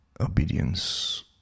Obedience